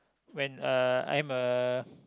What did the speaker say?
when uh I'm a